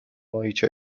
ماهیچه